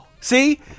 See